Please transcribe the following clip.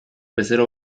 bezero